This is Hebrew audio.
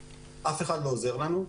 אף אחד לא עוזר לנו.